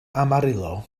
amarillo